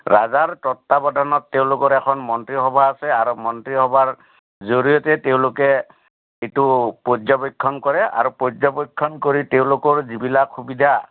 ৰাজাৰ তত্বাৱটানত তেওঁলোকৰ এখন মন্ত্ৰীসভা আছে আৰু মন্ত্ৰীসভাৰ জৰিয়তে তেওঁলোকে এইটো পৰ্যবেক্ষণ কৰে আৰু পৰ্যবেক্ষণ কৰি তেওঁলোকৰ যিবিলাক সুবিধা